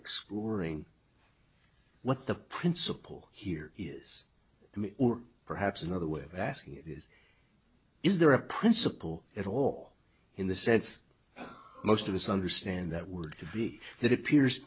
exploring what the principle here is or perhaps another way of asking it is is there a principle at all in the sense most of us understand that word to be that appears